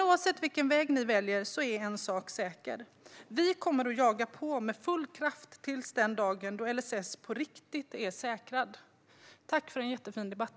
Oavsett vilken väg regeringen väljer är en sak säker: Vi kommer att jaga på med full kraft till den dagen LSS är säkrad på riktigt. Tack för en jättefin debatt!